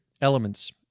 elements